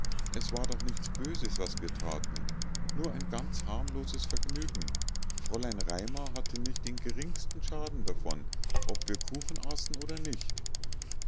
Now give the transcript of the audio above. es war doch nichts böses was wir thaten nur ein ganz harmloses vergnügen fräulein raimar hatte nicht den geringsten schaden davon ob wir kuchen aßen oder nicht